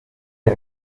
les